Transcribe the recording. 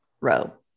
row